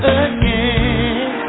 again